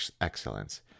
excellence